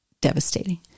devastating